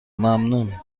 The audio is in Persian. ممنون